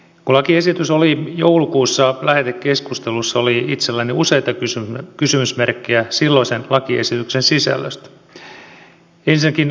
kun lakiesitys oli joulukuussa lähetekeskustelussa oli itselläni useita kysymysmerkkejä silloisen lakiesityksen sisällöstä